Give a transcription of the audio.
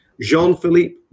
Jean-Philippe